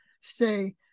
say